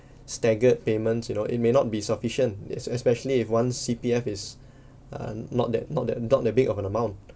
staggered payments you know it may not be sufficient es~ especially if one C_P_F is uh not that not that not that big of an amount